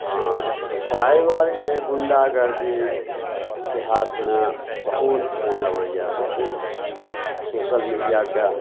आँ साइबरके गुण्डागरदी देहातमे बहुत फोन अबैए बहुत सोशल मीडिआके